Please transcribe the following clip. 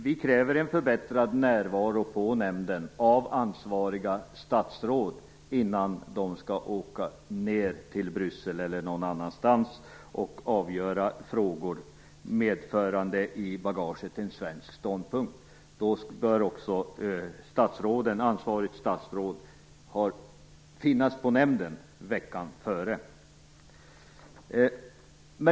Vi kräver en förbättrad närvaro på nämnden av ansvariga statsråd innan de skall åka ner till Bryssel eller någon annanstans och avgöra frågor, medförande i bagaget en svensk ståndpunkt. Då bör också ansvarigt statsråd finnas på nämnden veckan före.